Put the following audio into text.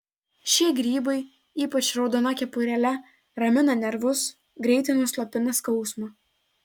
šie grybai ypač raudona kepurėle ramina nervus greitai nuslopina skausmą